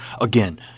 Again